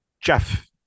Jeff